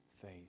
faith